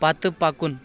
پتہٕ پکُن